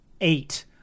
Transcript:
eight